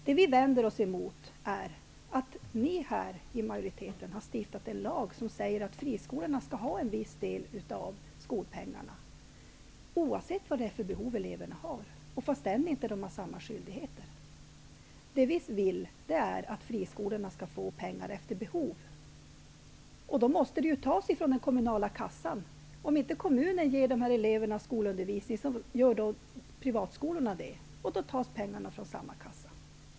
Det vi vänder oss emot är att ni inom majoriteten har stiftat en lag som säger att friskolorna skall ha en viss del av skolpengarna, oavsett vilka behov som eleverna har, trots att de inte har samma skyldigheter som kommunala skolor. Vi vill att friskolorna skall få pengar efter behov, och pengarna måste då tas från den kommunala kassan. Om inte kommunen ger berörda elever skolundervisning, så får privatskolorna göra det, och då tas pengarna från samma kassa.